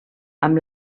amb